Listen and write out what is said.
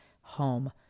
home